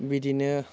बिदिनो